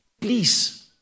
please